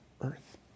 earth